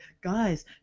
guys